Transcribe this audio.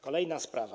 Kolejna sprawa.